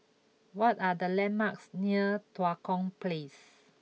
what are the landmarks near Tua Kong Place